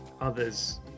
others